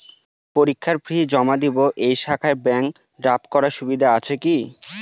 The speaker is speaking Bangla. পরীক্ষার ফি জমা দিব এই শাখায় ব্যাংক ড্রাফট করার সুবিধা আছে কি?